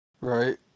Right